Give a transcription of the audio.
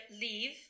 leave